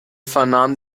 vernahmen